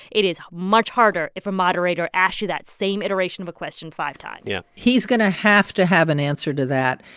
it is much harder if a moderator asks you that same iteration of a question five times yeah he's going to have to have an answer to that.